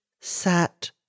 sat